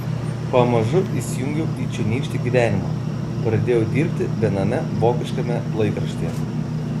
pamažu įsijungiau į čionykštį gyvenimą pradėjau dirbti viename vokiškame laikraštyje